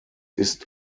ist